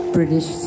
British